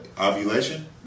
ovulation